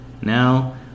now